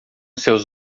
seus